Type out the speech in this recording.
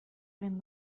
egin